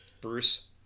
Bruce